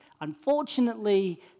unfortunately